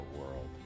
world